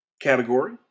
category